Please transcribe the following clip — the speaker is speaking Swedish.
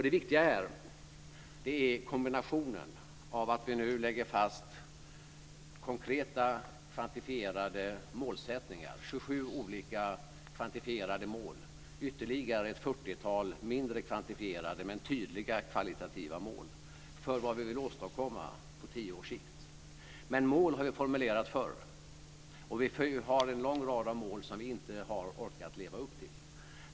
Det viktiga här är kombinationen av att vi nu lägger fast konkreta kvantifierade målsättningar - 27 olika kvantifierade mål och ytterligare ett 40-tal mindre kvantifierade men tydliga kvalitativa mål - för vad vi vill åstadkomma på tio års sikt. Men mål har ju formulerats förr, och vi har en lång rad av mål som vi inte har orkat leva upp till.